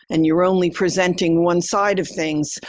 and you're only presenting one side of things,